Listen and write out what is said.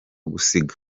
gusiga